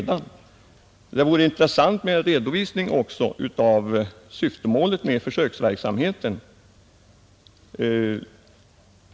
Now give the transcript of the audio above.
Det vore också intressant med en redovisning av syftemålet med försöksverksamheten.